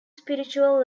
spiritual